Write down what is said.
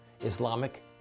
Islamic